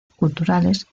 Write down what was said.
culturales